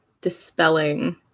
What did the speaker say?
dispelling